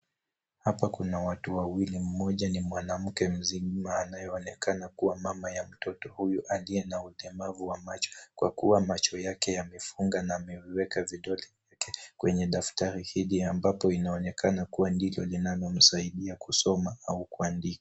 Hapa kuna watu Wawili. Mmoja ni mwanamke mzima anayeonekana kuwa mama ya mtoto huyu aliye na ulemavu wa macho kwa kuwa yake yamefungwa na ameweka vidole kwenye daftari hili ambapo Iionekana kuwa ndilo linalomsaidia kusoma au kuandika